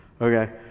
Okay